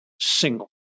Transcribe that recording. single